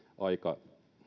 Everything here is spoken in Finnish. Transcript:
aika